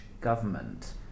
government